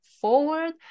forward